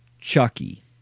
Chucky